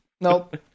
Nope